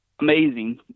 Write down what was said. amazing